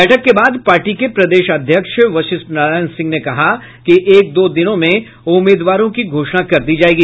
बैठक के बाद पार्टी के प्रदेश अध्यक्ष वशिष्ठ नारायण सिंह ने कहा कि एक दो दिनों में उम्मीदवारों की घोषणा कर दी जायेगी